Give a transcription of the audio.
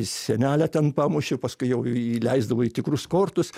į sienelę ten pamuši paskui jau įleisdavo į tikrus kortus